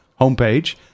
homepage